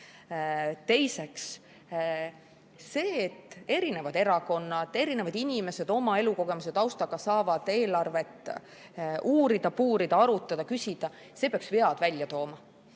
Teiseks, see, et erinevad erakonnad, erinevad inimesed oma elukogemuse ja taustaga saavad eelarvet uurida, puurida, arutada ja küsida, peaks vead välja tooma.